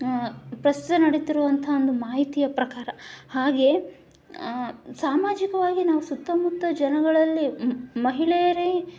ಪ್ರಸ್ತುತ ನಡೀತಿರುವಂಥ ಒಂದು ಮಾಹಿತಿಯ ಪ್ರಕಾರ ಹಾಗೆ ಸಾಮಾಜಿಕವಾಗಿ ನಾವು ಸುತ್ತಮುತ್ತ ಜನಗಳಲ್ಲಿ ಮ್ ಮಹಿಳೆಯರೇ